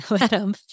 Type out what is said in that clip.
Adam